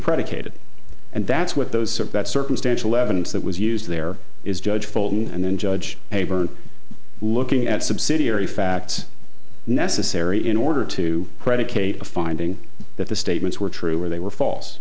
predicated and that's what those sort that circumstantial evidence that was used there is judge fulton and then judge haber looking at subsidiary facts necessary in order to predicate a finding that the statements were true where they were false